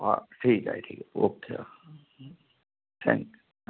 हां ठीक आहे ठीक आहे ओके थॅंक्यू